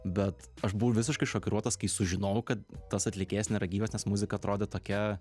bet aš buvau visiškai šokiruotas kai sužinojau kad tas atlikėjas nėra gyvas nes muzika atrodė tokia